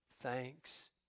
Thanks